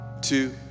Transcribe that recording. two